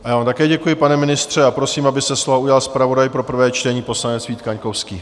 Já vám také děkuji, pane ministře, a prosím, aby se slova ujal zpravodaj pro prvé čtení, poslanec Vít Kaňkovský.